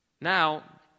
Now